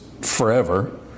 forever